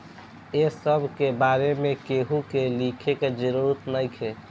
ए सब के बारे में केहू के लिखे के जरूरत नइखे